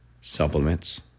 supplements